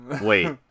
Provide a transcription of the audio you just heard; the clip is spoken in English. wait